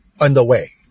underway